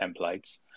templates